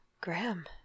Graham